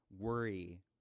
worry